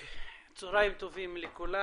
צהריים טובים לכולם.